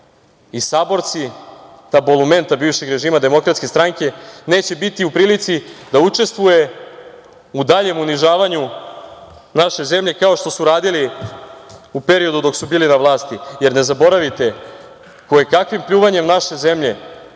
i saborci, ta bulumenta bivšeg režima DS, neće biti u prilici da učestvuje u daljem unižavanju naše zemlje, kao što su radili u periodu dok su bili na vlasti, jer, ne zaboravite, kojekakvim pljuvanjem naše zemlje